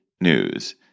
news